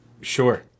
Sure